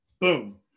boom